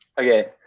okay